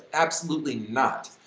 absolutely not!